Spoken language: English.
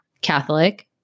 Catholic